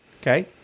okay